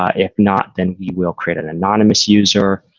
ah if not, then we will create an anonymous user.